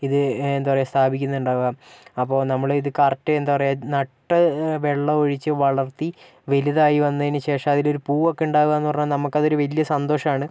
ഇത് എന്താ പറയുക സ്ഥാപിക്കുന്നുണ്ടാവുക അപ്പോൾ നമ്മളിത് കറക്ട് എന്താ പറയുക നട്ട് വെള്ളമൊഴിച്ച് വളർത്തി വെലുതായി വന്നതിന് ശേഷം അതിലൊരു പൂവൊക്കെ ഉണ്ടാവുക എന്ന് പറഞ്ഞാൽ നമുക്കതൊരു വലിയ സന്തോഷമാണ്